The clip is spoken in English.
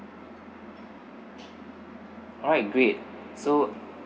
alright great so